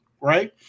right